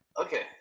Okay